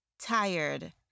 tired